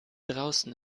draußen